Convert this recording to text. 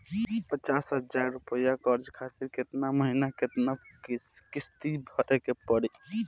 पचास हज़ार रुपया कर्जा खातिर केतना महीना केतना किश्ती भरे के पड़ी?